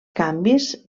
canvis